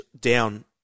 down